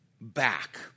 back